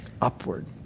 Upward